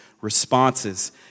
responses